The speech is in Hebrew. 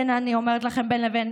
אני אומרת לכם בין לבין,